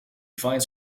finds